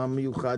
מה המיוחד?